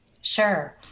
Sure